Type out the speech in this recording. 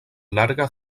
larga